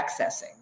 accessing